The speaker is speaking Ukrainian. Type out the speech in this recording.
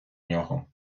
нього